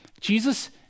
Jesus